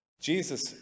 Jesus